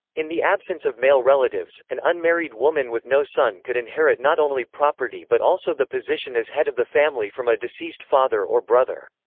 in the absence of male relatives, an unmarried woman with no son could inherit not only property but also the position as head of the family from a deceased father or brother.